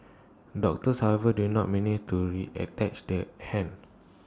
doctors however did not manage to reattach the hand